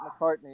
McCartney